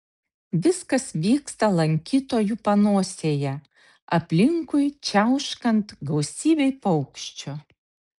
viskas vyksta lankytojų panosėje aplinkui čiauškant gausybei paukščių